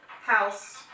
House